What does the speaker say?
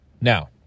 Now